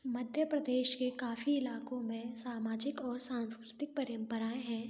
मध्य प्रदेश के काफ़ी इलाको में सामाजिक और सांस्कृतिक परम्पराएँ हैं